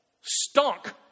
stunk